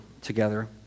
together